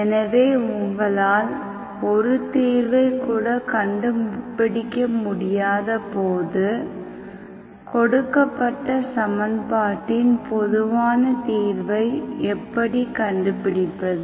எனவே உங்களால் ஒரு தீர்வைக் கூட கண்டுபிடிக்க முடியாத போது கொடுக்கப்பட்ட சமன்பாட்டின் பொதுவான தீர்வை எப்படி கண்டுபிடிப்பது